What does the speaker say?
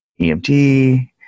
emt